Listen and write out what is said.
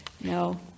No